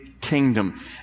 kingdom